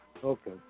Okay